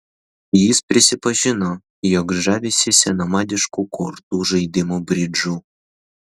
jis prisipažino jog žavisi senamadišku kortų žaidimu bridžu